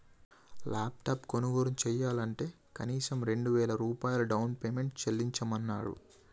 laptop కొనుగోలు చెయ్యాలంటే కనీసం రెండు వేల రూపాయలు డౌన్ పేమెంట్ చెల్లించమన్నరు